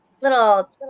little